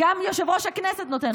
גם יושב-ראש הכנסת נותן עוד דקה.